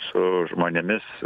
su žmonėmis